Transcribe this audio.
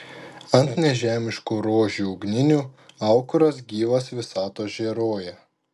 ant nežemiškų rožių ugninių aukuras gyvas visatos žėruoja